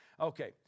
Okay